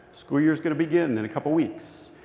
school year is going to begin in a couple weeks.